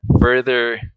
further